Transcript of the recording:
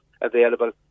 available